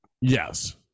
yes